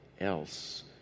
else